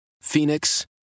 Phoenix